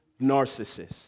narcissist